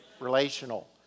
relational